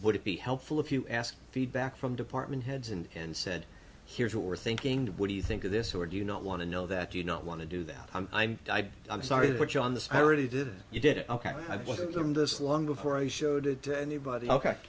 would it be helpful if you ask feedback from department heads and said here's what we're thinking what do you think of this or do you not want to know that you not want to do that i'm i'm sorry to put you on this i already did you did have one of them this long before i showed it to anybody ok